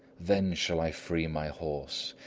then shall i free my horse,